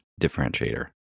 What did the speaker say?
differentiator